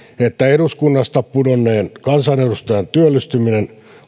että eduskunnasta pudonneen kansanedustajan työllistyminen